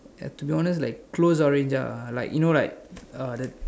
and to be honest like close orange ah like you know like uh the